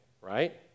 right